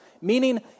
meaning